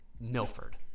Milford